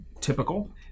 typical